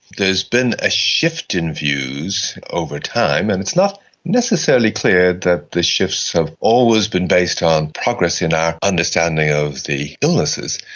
there has been a shift in views over time, and it's not necessarily clear that these shifts have always been based on progress in our understanding of the illnesses,